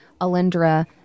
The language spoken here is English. Alindra